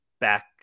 back